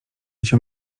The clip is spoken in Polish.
cię